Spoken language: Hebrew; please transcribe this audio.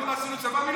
אנחנו לא עשינו צבא?